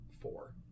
four